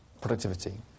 productivity